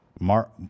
Mark